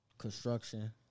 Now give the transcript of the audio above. construction